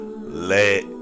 let